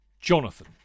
Jonathan